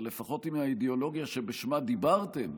אבל לפחות מהאידיאולוגיה שבשמה דיברתם,